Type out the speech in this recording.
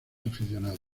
aficionados